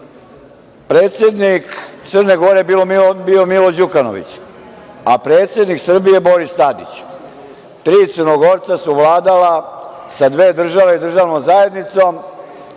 Predsednik Crne Gore je bio Milo Đukanović, a predsednik Srbije Boris Tadić. Tri Crnogorca su vladala sa dve države i državnom zajednicom,